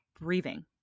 breathing